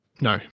no